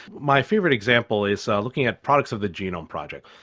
my favourite example is so looking at products of the genome project.